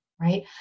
Right